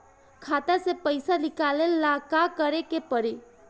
खाता से पैसा निकाले ला का करे के पड़ी?